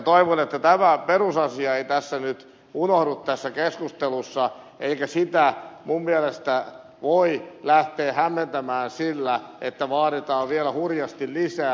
toivon että tämä perusasia ei tässä keskustelussa nyt unohdu eikä sitä minun mielestäni voi lähteä hämmentämään sillä että vaaditaan vielä hurjasti lisää